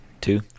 two